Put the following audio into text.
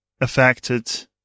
Affected